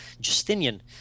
Justinian